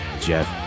Jeff